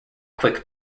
quick